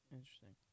Interesting